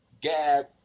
Gab